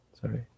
Sorry